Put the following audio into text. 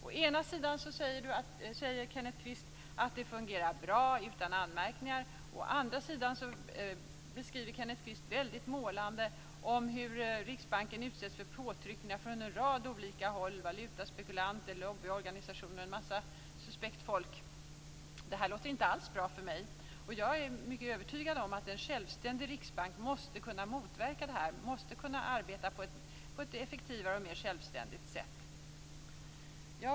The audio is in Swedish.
Å ena sidan säger Kenneth Kvist att det fungerar bra utan anmärkningar. Å andra sidan beskriver Kenneth Kvist målande hur Riksbanken utsätts för påtryckningar från en rad olika håll - valutaspekulanter, lobbyorganisationer och suspekt folk. Det låter inte bra för mig. Jag är övertygad om att en självständig riksbank måste kunna motverka detta och arbeta på ett mer effektivt och självständigt sätt.